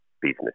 business